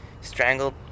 strangled